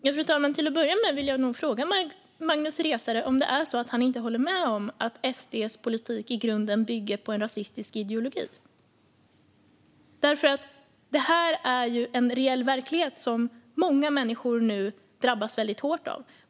Fru talman! Till att börja med vill jag fråga Magnus Resare om han inte håller med om att SD:s politik i grunden bygger på en rasistisk ideologi. Detta är nämligen en reell verklighet som många människor nu drabbas väldigt hårt av.